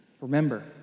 Remember